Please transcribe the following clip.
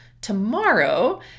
tomorrow